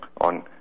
on